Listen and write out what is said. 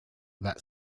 that